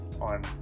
on